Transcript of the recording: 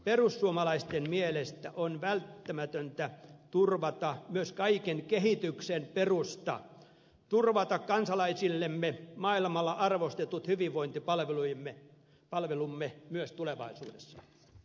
perussuomalaisten mielestä on välttämätöntä turvata myös kaiken kehityksen perusta turvata kansalaisillemme maailmalla arvostetut hyvinvointipalvelumme myös tulevaisuudes